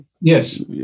Yes